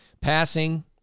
Passing